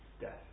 death